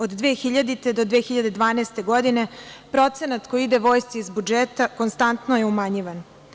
Od 2000. do 2012. godine procenat koji ide Vojsci iz budžeta konstantno je umanjivan.